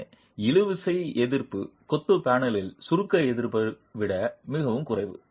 எனவே இழுவிசை எதிர்ப்பு கொத்து பேனலின் சுருக்க எதிர்ப்பை விட மிகக் குறைவு